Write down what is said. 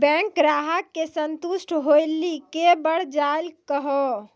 Bank ग्राहक के संतुष्ट होयिल के बढ़ जायल कहो?